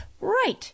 right